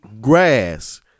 grass